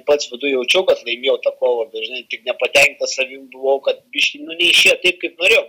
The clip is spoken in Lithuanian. pats viduj jaučiau kad laimėjau tą kovą bet žinai nepatenkintas savim buvau kad biškį nu neišėjo taip kaip norėjau